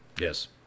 Yes